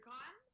Con